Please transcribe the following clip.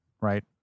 Right